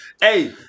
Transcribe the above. Hey